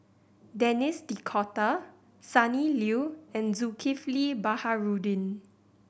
Denis D'Cotta Sonny Liew and Zulkifli Baharudin